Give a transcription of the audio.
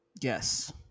yes